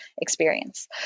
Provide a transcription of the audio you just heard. experience